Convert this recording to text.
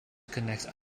connect